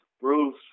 Bruce